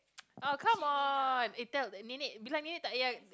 oh come on eh tell nenek bilang nenek tak ya